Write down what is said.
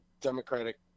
Democratic